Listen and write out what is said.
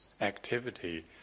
activity